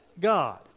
God